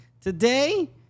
today